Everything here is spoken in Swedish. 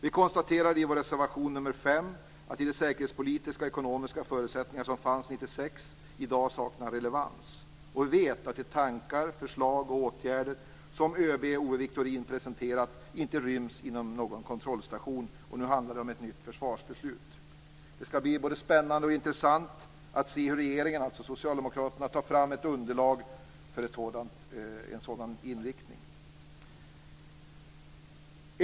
Vi konstaterade i vår reservation nr 5 att de säkerhetspolitiska och ekonomiska förutsättningar som fanns 1996 i dag saknar relevans. Vi vet att de tankar, förslag och åtgärder som ÖB Owe Wicktorin presenterat, inte ryms inom någon kontrollstation. Nu handlar det om ett nytt försvarsbeslut. Det skall bli både spännande och intressant att se hur regeringen, dvs. socialdemokraterna, tar fram underlag för en sådan inriktning.